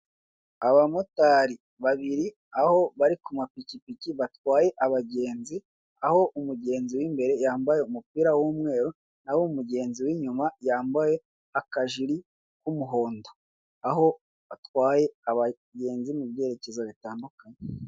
Abamotari babiri aho bari ku mapikipiki batwaye abagenzi, aho umugenzi w'imbere yambaye umupira yambaye umupira w'umweru naho umugenzi winyuma yambaye akajiri k'umuhondo, aho batwaye abagenzi mu byerekezo bitandukanye.